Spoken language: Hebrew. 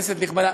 כנסת נכבדה,